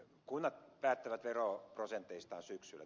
kunnat päättävät veroprosenteistaan syksyllä